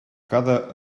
cada